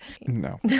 No